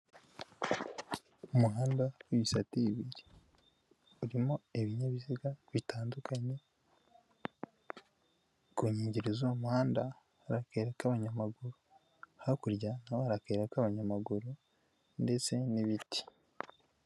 Umuhanda w'ibisate bibiri urimo ibinyabiziga bitandukanye, ku nkengero z'uwo muhanda hari akayira k'abanyamaguru, hakurya naho hari akayira k'abanyamaguru ndetse n'ibiti.